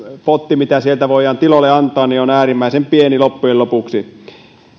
potti mitä sieltä voidaan tiloille antaa on äärimmäisen pieni loppujen lopuksi